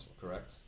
correct